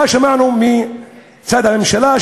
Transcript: מה שמענו מצד הממשלה?